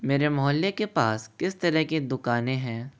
मेरे मोहल्ले के पास किस तरह की दुकानें हैं